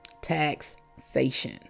Taxation